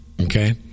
okay